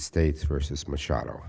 states versus machado